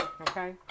Okay